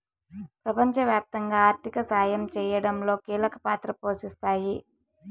ప్రపంచవ్యాప్తంగా ఆర్థిక సాయం చేయడంలో కీలక పాత్ర పోషిస్తాయి